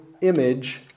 image